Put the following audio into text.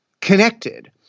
connected